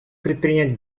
предпринять